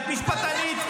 את משפטנית.